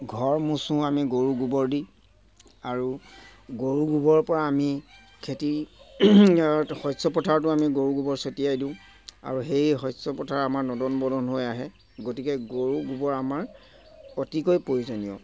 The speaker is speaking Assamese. ঘৰ মোচো আমি গৰু গোবৰ দি আৰু গৰু গোবৰৰ পৰা আমি খেতি শস্য পথাৰটো আমি গৰু গোবৰ ছটিয়াই দিওঁ আৰু সেই শস্য পথাৰ আমাৰ নদন বদন হৈ আহে গতিকে গৰু গোবৰ আমাৰ অতিকৈ প্ৰয়োজনীয়